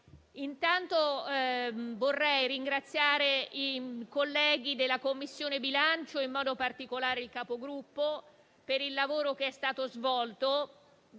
anzitutto ringraziare i colleghi della Commissione bilancio, e in modo particolare il Capogruppo, per il lavoro che è stato svolto